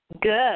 Good